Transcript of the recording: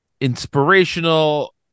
inspirational